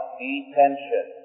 detention